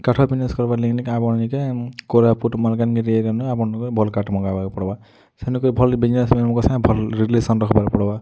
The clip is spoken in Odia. କାଠ ବିଜିନେସ୍ କରିବା ଲାଗି ନିକେ କା ବଣ ନି କେ କୋରାପୁଟ୍ ମାଲ୍କାନଗିରି ଏରିଆନୁ ଆପଣ ଭଲ୍ କାଠ ମଗାଇବାକୁ ପଡ଼ବା ସେନ କେ ଭଲ୍ ବିଜ୍ନେସ୍ମ୍ୟାନ୍ମାନଙ୍କ ସହ ଭଲ ରିଲେସନ୍ ରଖବାର୍ ପଡ଼ବା